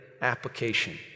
application